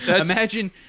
Imagine